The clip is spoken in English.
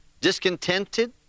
discontented